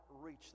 reach